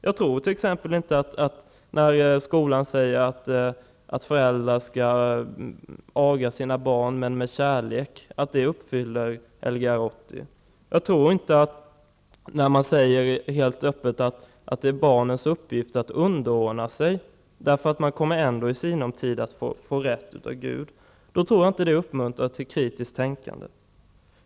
När skolan t.ex. säger att föräldrar skall aga sina barn men med kärlek, tror jag inte att det uppfyller Lgr 80. När man säger helt öppet att det är barnens uppgift att underordna sig, därför att man ändå i sinom tid kommer att få rätt av Gud, tror jag inte att det uppmuntrar till kritiskt tänkande.